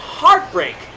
heartbreak